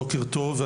בוקר טוב,